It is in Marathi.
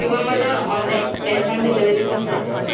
किंवा मला ऑनलाई कॅश ऑन डिलेवरी पण चालणार